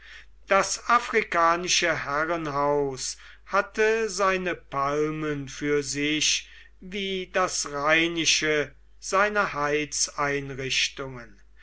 das afrikanische herrenhaus hatte seine palmen für sich wie das rheinische seine